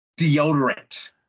deodorant